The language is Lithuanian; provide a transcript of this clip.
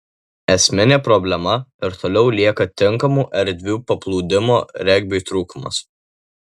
esminė problema ir toliau lieka tinkamų erdvių paplūdimio regbiui trūkumas